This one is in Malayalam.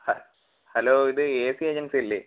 ഹ ഹലോ ഇത് എ സി ഏജൻസി അല്ലേ